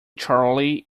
charley